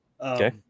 okay